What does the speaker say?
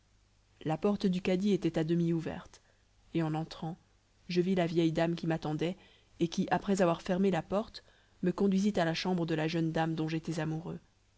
la porte du cadi était à demi ouverte et en entrant je vis la vieille dame qui m'attendait et qui après avoir fermé la porte me conduisit à la chambre de la jeune dame dont j'étais amoureux